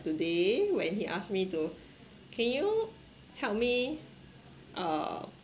today when he asked me to can you help me uh